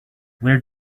where